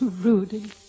Rudy